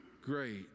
great